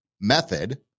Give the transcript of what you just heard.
method